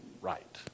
right